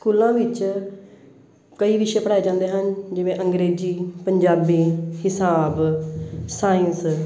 ਸਕੂਲਾਂ ਵਿੱਚ ਕਈ ਵਿਸ਼ੇ ਪੜ੍ਹਾਏ ਜਾਂਦੇ ਹਨ ਜਿਵੇਂ ਅੰਗਰੇਜ਼ੀ ਪੰਜਾਬੀ ਹਿਸਾਬ ਸਾਇੰਸ